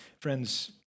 Friends